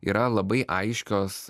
yra labai aiškios